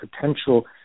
potential